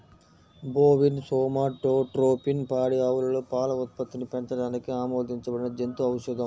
bovine somatotropin పాడి ఆవులలో పాల ఉత్పత్తిని పెంచడానికి ఆమోదించబడిన జంతు ఔషధం